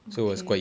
okay